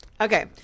Okay